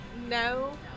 No